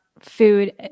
food